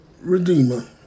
Redeemer